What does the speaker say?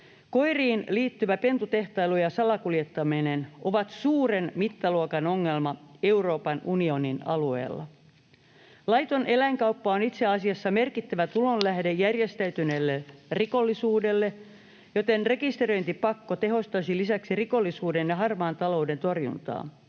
Koiriin liittyvä pentutehtailu ja salakuljettaminen ovat suuren mittaluokan ongelma Euroopan unionin alueella. Laiton eläinkauppa on itse asiassa merkittävä tulonlähde järjestäytyneelle rikollisuudelle, joten rekisteröintipakko tehostaisi lisäksi rikollisuuden ja harmaan talouden torjuntaa.